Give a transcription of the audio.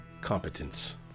Competence